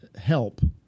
help